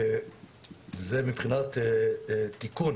זה מבחינת תיקון